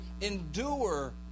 Endure